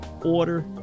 Order